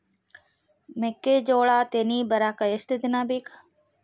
ಮೆಕ್ಕೆಜೋಳಾ ತೆನಿ ಬರಾಕ್ ಎಷ್ಟ ದಿನ ಬೇಕ್?